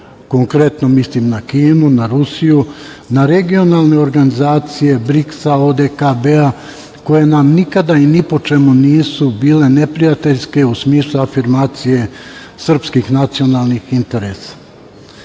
konkretno mislim na Kinu, na Rusiju, na regionalne organizacije BRIKS-a, ODKB-a, koje nam nikada i ni po čemu nisu bile neprijateljske, u smislu afirmacije srpskih nacionalnih interesa. Šta